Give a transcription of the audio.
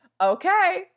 okay